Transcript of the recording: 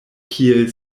kiel